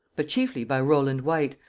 but chiefly by rowland whyte,